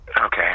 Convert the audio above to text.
Okay